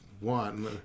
one